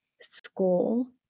school